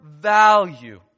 value